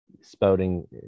spouting